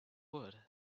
wood